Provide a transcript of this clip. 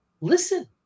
Listen